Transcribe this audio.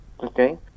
okay